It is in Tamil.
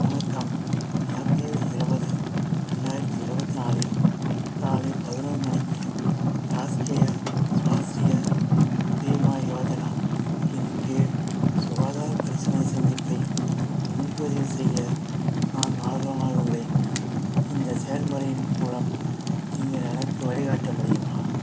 வணக்கம் ஏப்ரல் இருபது ரெண்டாயிரத்தி இருபத்தி நாலில் காலை பதினோரு மணிக்கி ராஷ்டிரிய ஸ்வாஸ்டிரிய பீமா யோஜனா இன் கீழ் சுகாதார பரிசீலனை சந்திப்பை முன்பதிவு செய்ய நான் ஆர்வமாக உள்ளேன் இந்த செயல்முறையின் மூலம் நீங்கள் எனக்கு வழிகாட்ட முடியுமா